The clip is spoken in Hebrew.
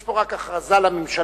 יש פה רק הכרזה לממשלה,